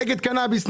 נגד קנאביס,